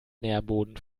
nährboden